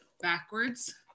backwards